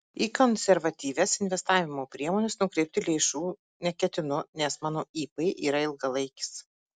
į konservatyvias investavimo priemones nukreipti lėšų neketinu nes mano ip yra ilgalaikis